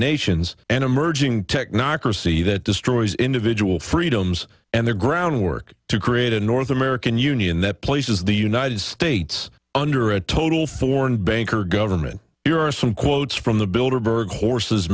nations and emerging tech knockers see that destroys individual freedoms and the groundwork to create a north american union that places the united states under a total foreign bank or government here are some quotes from the builder berg horse's